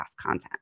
content